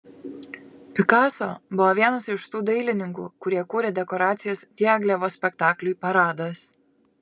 pikaso buvo vienas iš tų dailininkų kurie kūrė dekoracijas diagilevo spektakliui paradas